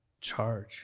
charge